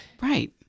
Right